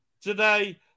today